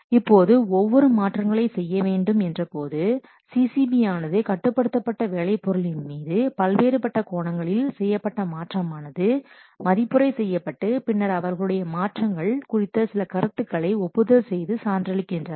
இப்போது ஒவ்வொரு மாற்றங்களை செய்ய வேண்டும் என்ற போது CCB ஆனது கட்டுப்படுத்தப்பட்ட வேலை பொருளின் மீது பல்வேறுபட்ட கோணங்களில் செய்யப்பட்ட மாற்றமானது மதிப்புரை செய்யப்பட்டு பின்னர் அவர்களுடைய மாற்றங்கள் குறித்த சில கருத்துக்களை ஒப்புதல் செய்து சான்றளிக்கின்றனர்